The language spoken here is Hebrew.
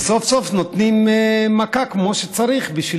וסוף-סוף נותנים מכה כמו שצריך בשביל